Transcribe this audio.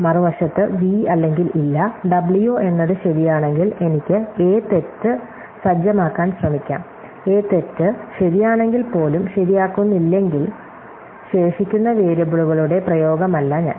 മറുവശത്ത് v അല്ലെങ്കിൽ ഇല്ല w എന്നത് ശരിയാണെങ്കിൽ എനിക്ക് a തെറ്റ് സജ്ജമാക്കാൻ ശ്രമിക്കാം a തെറ്റ് ശരിയാണെങ്കിൽ പോലും ശരിയാകുന്നില്ലെങ്കിൽ ശേഷിക്കുന്ന വേരിയബിളുകളുടെ പ്രയോഗമല്ല ഞാൻ